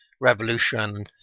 Revolution